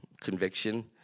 Conviction